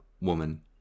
woman